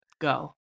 go